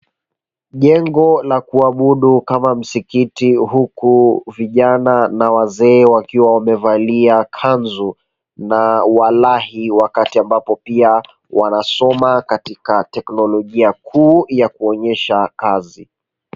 Jengo la kuabudu kama msikiti huku vijana na wazee wakiwa wamevalia kanzu na walahi wakati ambapo pia wanasoma katika teknojojia kuu ya kuonyesha kazi.